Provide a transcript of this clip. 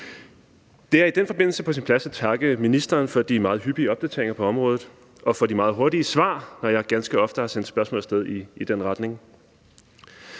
Det er i den forbindelse på sin plads at takke ministeren for de meget hyppige opdateringer på området og for de meget hurtige svar, når jeg ganske ofte har sendt spørgsmål af sted i den retning.